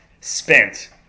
spent